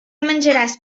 menjaràs